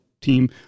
team